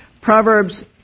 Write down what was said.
Proverbs